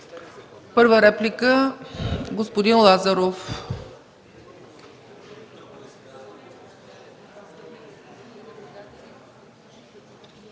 Втора реплика – господин Лазаров.